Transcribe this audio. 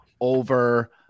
over